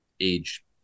age